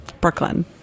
Brooklyn